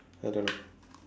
I don't know